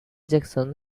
jackson